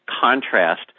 contrast